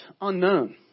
unknown